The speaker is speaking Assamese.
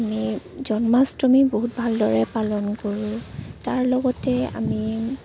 আমি জন্মাষ্টমী বহুত ভালদৰে পালন কৰোঁ তাৰ লগতে আমি